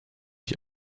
ich